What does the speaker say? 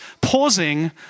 pausing